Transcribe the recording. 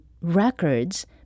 records